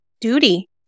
duty